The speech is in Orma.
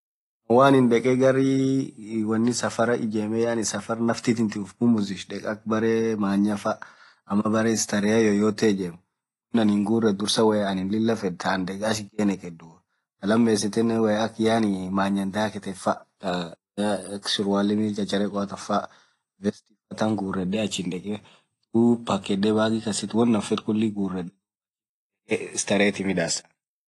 Woanin dheke garri wonni safara ijemee yaani safar nafti thinthi ufupumuzishu berre manyaaa faa ama berre staree yoyote ijemm won anin guredhu woyya anin Lilah fedha thaan achh ghee neghedhuu thaa lamesithinen woyya akha yaani manyaan dhagethen faa akaa surali mil chacharekhoa than faa than guredhe achin dhekee dhub pakedhee khuli guredhaa dhekhe staree tii midhasaa